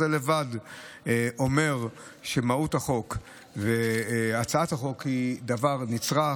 אז זה לבד אומר שמהות החוק והצעת החוק הן דבר נצרך,